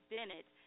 Bennett